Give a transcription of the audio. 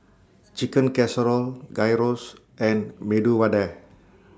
Chicken Casserole Gyros and Medu Vada